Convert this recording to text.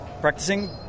practicing